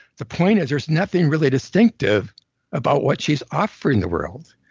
the point is there's nothing really distinctive about what's she's offering the world.